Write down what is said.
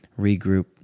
regroup